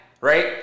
right